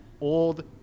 old